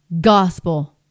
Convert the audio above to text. gospel